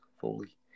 fully